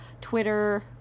Twitter